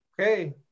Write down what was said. Okay